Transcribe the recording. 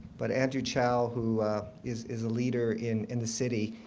but andrew chau, who is is a leader in in the city,